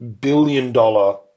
billion-dollar